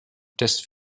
test